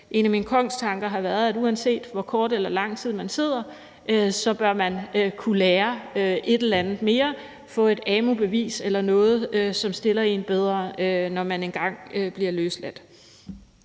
En af mine kongstanker har været, at uanset hvor kort eller lang tid man sidder, bør man kunne lære noget mere, få et amu-bevis eller foretage sig noget, som stiller en bedre, når man engang bliver løsladt.